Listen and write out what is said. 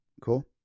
Cool